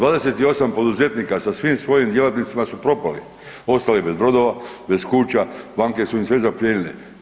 28 poduzetnika sa svim svojim poduzetnicima su propali, ostali bez brodova, bez kuća, banke su im sve zaplijenile.